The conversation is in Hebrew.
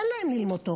תן להם ללמוד תורה.